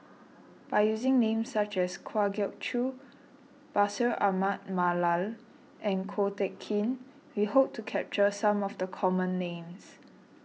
by using names such as Kwa Geok Choo Bashir Ahmad Mallal and Ko Teck Kin we hope to capture some of the common names